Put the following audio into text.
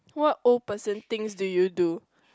what old person things do you do